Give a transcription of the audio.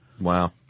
Wow